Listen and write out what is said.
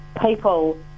people